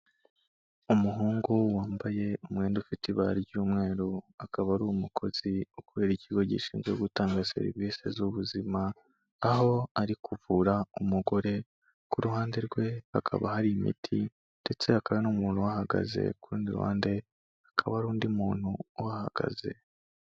Umuhungu wambaye umwenda ufite ibara ry'umweru, akaba ari umukozi kubera ikigo gishinzwe gutanga serivisi z'ubuzima, aho ari kuvura umugore, ku ruhande rwe hakaba hari imiti ndetse hakaba n'umuntu uhahagaze, ku rundi ruhande hakaba hari undi muntu uhahagaze.